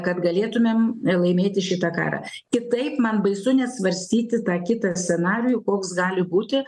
kad galėtumėm laimėti šitą karą kitaip man baisu net svarstyti tą kitą scenarijų koks gali būti